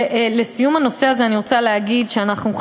ולסיום הנושא הזה אני רוצה להגיד: אנחנו,